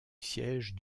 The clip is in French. siège